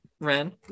Ren